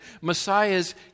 Messiah's